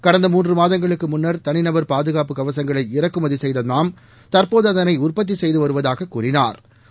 கடந்த மூன்று மாதங்களுக்கு முன்னா தனிநபா பாதுகாப்பு கவசங்களை இறக்குமதி செய்த நாம் தற்போது அதனை உற்பத்தி செய்து வருவதாகக் கூறினாா்